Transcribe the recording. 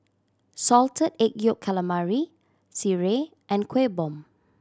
Salted Egg Yolk Calamari sireh and Kuih Bom